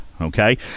Okay